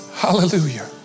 Hallelujah